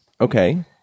Okay